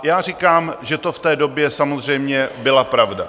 Já říkám, že to v té době samozřejmě byla pravda.